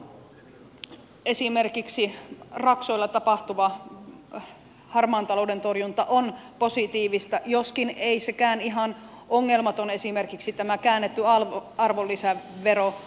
sen sijaan esimerkiksi raksoilla tapahtuva harmaan talouden torjunta on positiivista joskaan ei sekään esimerkiksi tämä käännetty arvonlisävero ihan ongelmaton ole